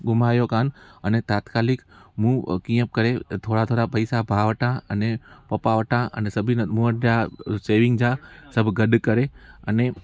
घुमायो कोन्ह अने तात्कालिक मूं कीअं करे थोरा थोरा पैसा भाउ वटां अने पप्पा वटां अने सभिनि मूं वटि जा शेयरिंग जा सभु गॾु करे अने